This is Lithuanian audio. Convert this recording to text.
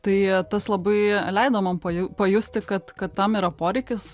tai tas labai leido man paju pajusti kad kad tam yra poreikis